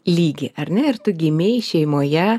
lygį ar ne ir tu gimei šeimoje